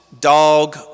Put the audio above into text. dog